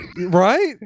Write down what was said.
right